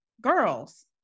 girls